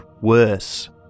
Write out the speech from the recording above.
worse